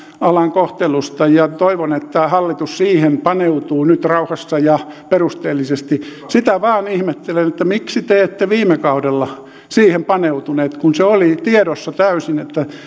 kohtelusta ja toivoin että hallitus siihen paneutuu nyt rauhassa ja perusteellisesti sitä vain ihmettelen että miksi te ette viime kaudella siihen paneutuneet kun oli tiedossa täysin että